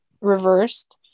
reversed